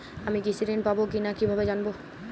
আমি কৃষি ঋণ পাবো কি না কিভাবে জানবো?